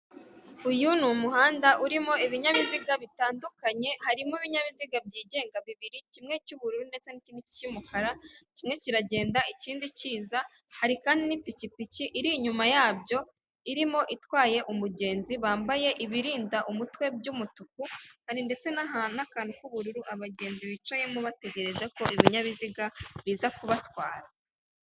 Uyu ni umuhanda urimo ibinyabiziga bitandukanye harimo ibinyabiziga byigenga bibiri kimwe cy'ubururu ndetse n'ikindi cy'umukara kimwe kiragenda ikindi kiza hari kandi n'ipikipiki iri inyuma yabyo irimo itwaye umugenzi bambaye ibirinda umutwe by'umutuku hari ndetse n'ahantu n'akantu k'ubururu abagenzi bicayemo bategereje ko ibinyabiziga biza kubatwara.